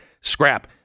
Scrap